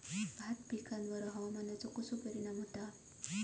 भात पिकांर हवामानाचो कसो परिणाम होता?